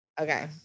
Okay